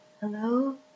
Hello